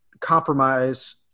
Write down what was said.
Compromise